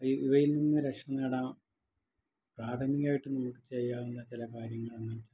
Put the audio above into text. ഇവയിൽ നിന്ന് രക്ഷ നേടാൻ പ്രാഥമികായിട്ട് നിങ്ങൾക്ക് ചെയ്യാവുന്ന ചില കാര്യങ്ങളെന്ന് വെച്ചാൽ